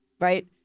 right